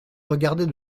regardait